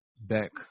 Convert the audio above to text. Beck